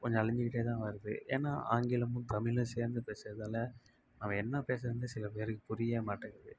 கொஞ்சம் அழிச்சுகிட்டேதான் வருது ஏனால் ஆங்கிலமும் தமிழும் சேர்ந்து பேசறதால நம்ம என்ன பேசறோனே சில பேருக்கு புரிய மாட்டேங்கிது